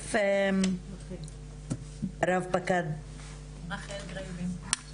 להוסיף רב פקד רחל גרייבן?